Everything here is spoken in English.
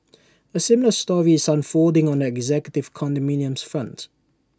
A similar story is unfolding on the executive condominiums front